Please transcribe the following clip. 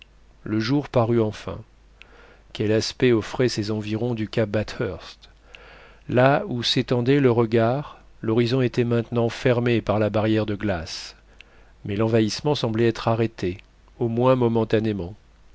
le jour parut enfin quel aspect offraient ces environs du cap bathurst là où s'étendait le regard l'horizon était maintenant fermé par la barrière de glace mais l'envahissement semblait être arrêté au moins momentanément